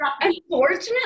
unfortunately